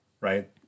right